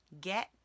get